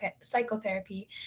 psychotherapy